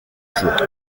jour